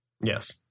Yes